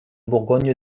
bourgogne